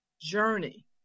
journey